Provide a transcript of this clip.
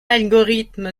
algorithme